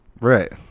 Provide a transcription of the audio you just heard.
Right